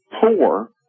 poor